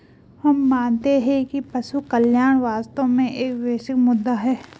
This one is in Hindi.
हम मानते हैं कि पशु कल्याण वास्तव में एक वैश्विक मुद्दा है